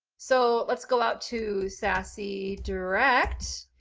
so let's go out to sassy direct